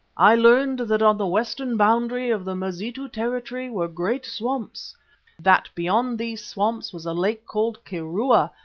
i learned that on the western boundary of the mazitu territory were great swamps that beyond these swamps was a lake called kirua,